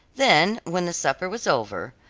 then when the supper was over,